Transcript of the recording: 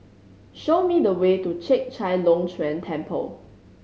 show me the way to Chek Chai Long Chuen Temple